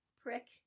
prick